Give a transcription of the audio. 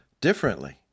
differently